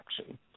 action